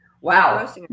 Wow